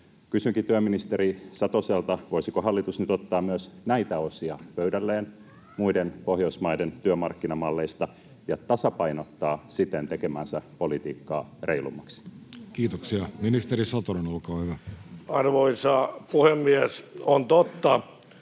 Kysynkin työministeri Satoselta: voisiko hallitus nyt ottaa myös näitä osia pöydälleen muiden Pohjoismaiden työmarkkinamalleista ja tasapainottaa siten tekemäänsä politiikkaa reilummaksi? Kiitoksia. — Ministeri Satonen, olkaa hyvä. Arvoisa puhemies! On totta,